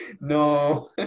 No